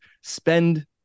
spend